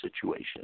situation